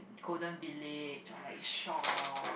Golden-Village of like Shaw